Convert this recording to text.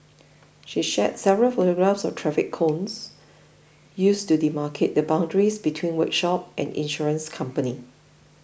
she shared several photographs of traffic cones used to demarcate the boundaries between workshop and insurance company